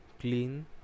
clean